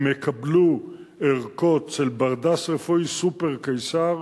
הם יקבלו ערכות של ברדס רפואי "סופר קיסר",